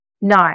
No